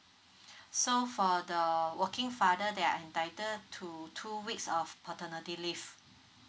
so for the working father they are entitled to two weeks of paternity leave